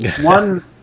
One